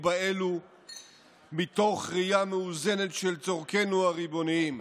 באלו מתוך ראייה מאוזנת של צרכינו הריבוניים,